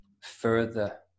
further